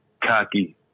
cocky